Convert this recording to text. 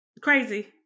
Crazy